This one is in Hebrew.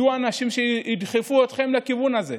יהיו אנשים שידחפו אתכם לכיוון הזה: